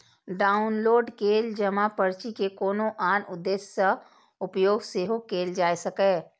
download कैल जमा पर्ची के कोनो आन उद्देश्य सं उपयोग सेहो कैल जा सकैए